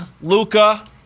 Luca